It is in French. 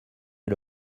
est